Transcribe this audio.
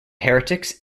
heretics